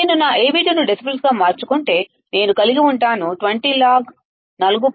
నేను నా Av2 ను డెసిబెల్స్గా మార్చుకుంటే నేను కలిగి ఉంటాను 20 లాగ్ 4